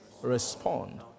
Respond